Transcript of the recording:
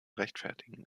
rechtfertigen